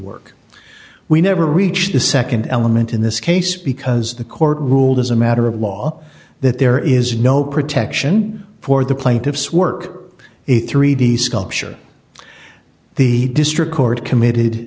work we never reached the nd element in this case because the court ruled as a matter of law that there is no protection for the plaintiffs work it three d sculpture the district court committed